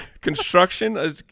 construction